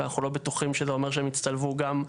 ואנחנו לא בטוחים שזה אומר שהם יצטלבו גם.